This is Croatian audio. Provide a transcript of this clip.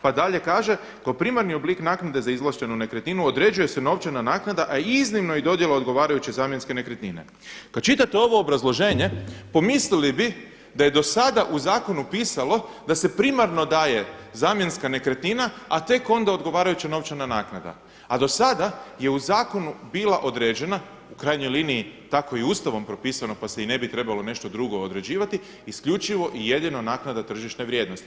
Pa dalje kaže: „Kao primarni oblik naknade za izvlaštenu nekretninu određuje se novčana naknada, a iznimno i dodjela odgovarajuće zamjenske nekretnine.“ Kad čitate ovo obrazloženje pomislili bi da je do sada u zakonu pisalo da se primarno daje zamjenska nekretnina, a tek onda odgovarajuća novčana naknada, a do sada je u zakonu bila određena u krajnjoj liniji tako je i Ustavom propisano pa se i ne bi trebalo nešto drugo određivati isključivo i jedino naknada tržišne vrijednosti.